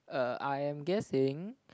err I am guessing